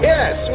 Yes